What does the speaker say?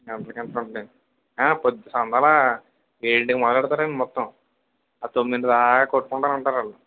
గంటలు గంటలు ఉంటాయి ఆ పొద్దు సందాలా ఏడింటికి మొదలెడతారు అండి మొత్తం ఆ తొమ్మిదింటిదాకా కొట్టుకుంటానే ఉంటారాళ్ళు